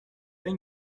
این